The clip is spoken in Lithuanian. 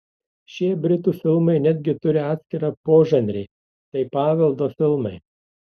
šie britų filmai netgi turi atskirą požanrį tai paveldo filmai